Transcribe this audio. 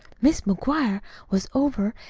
mis' mcguire was over,